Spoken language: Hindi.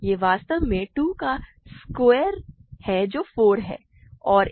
यह वास्तव में 2 का स्क्वायर है जो 4 है